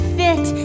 fit